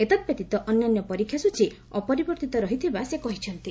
ଏତଦ୍ବ୍ୟତୀତ ଅନ୍ୟାନ୍ୟ ପରୀକ୍ଷା ସ୍ଚୀ ଅପରିବର୍ଭିତ ରହିଥିବା ସେ କହିଛନ୍ତି